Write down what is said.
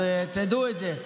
אז תדעו את זה.